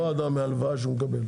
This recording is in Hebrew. לא האדם מההלוואה שהוא מקבל.